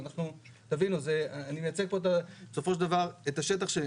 תבינו, אני מייצג בסופו של דבר את השטח.